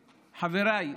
חבריי,